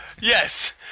yes